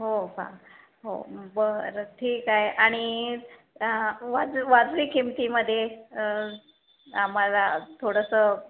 हो का हो बरं ठीक आहे आणि वाज वाजवी किंमतीमध्ये आम्हाला थोडंसं